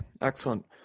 excellent